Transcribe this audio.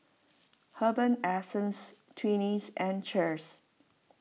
Herbal Essences Twinings and Cheers